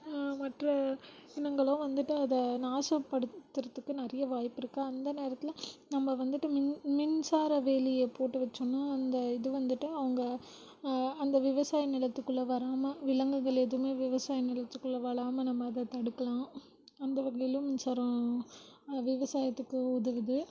மற்ற இனங்களோ வந்துட்டு அதை நாசப்படுத்தறத்துக்கு நிறையா வாய்ப்பிருக்குது அந்த நேரத்தில் நம்ப வந்துட்டு மின் மின்சார வேலியை போட்டு வைச்சோம்னா அந்த இது வந்துட்டு அவங்க அந்த விவசாய நிலத்துக்குள்ள வராம விலங்குகள் எதுமே விவசாய நிலத்துக்குள்ள வராமா நம்ம அதை தடுக்கலாம் அந்த வகையில் மின்சாரம் விவசாயத்துக்கு உதவுது